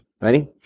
Ready